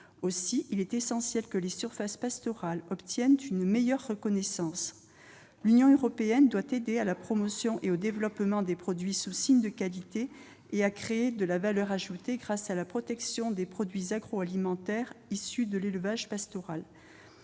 Aussi est-il essentiel que les surfaces pastorales obtiennent une meilleure reconnaissance. L'Union européenne doit aider à la promotion et au développement des produits sous signe de qualité et à créer de la valeur ajoutée grâce à la protection des produits agroalimentaires issus de l'élevage pastoral.